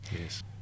Yes